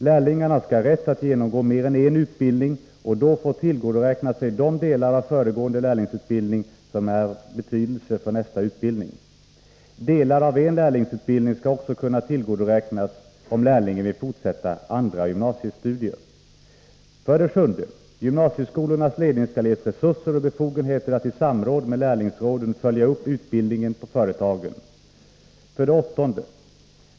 Lärlingarna skall ha rätt att genomgå mer än en utbildning och då få tillgodoräkna sig de delar av föregående lärlingsutbildning som är av betydelse för nästa utbildning. Delar av en lärlingsutbildning skall också kunna tillgodoräknas, om lärlingen vill fortsätta andra gymnasiestudier. 7. Gymnasieskolornas ledning skall ges resurser och befogenheter att i samråd med lärlingsråden följa upp utbildningen på företagen. 8.